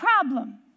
problem